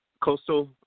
Coastal